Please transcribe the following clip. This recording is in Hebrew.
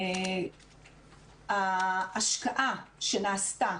ההשקעה שנעשתה